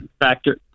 factor